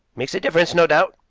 makes a difference, no doubt,